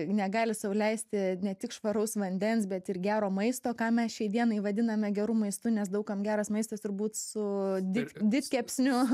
negali sau leisti ne tik švaraus vandens bet ir gero maisto ką mes šiai dienai vadiname geru maistu nes daug kam geras maistas turbūt su didkepsniu